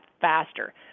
faster